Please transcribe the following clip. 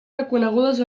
reconegudes